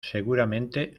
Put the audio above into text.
seguramente